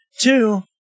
Two